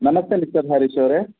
ನಮಸ್ತೆ ಮಿಸ್ಟರ್ ಹರೀಶ್ ಅವರೇ